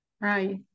Right